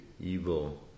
evil